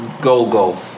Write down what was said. Go-Go